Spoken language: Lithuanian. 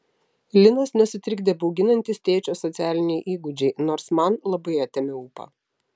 linos nesutrikdė bauginantys tėčio socialiniai įgūdžiai nors man labai atėmė ūpą